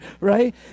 right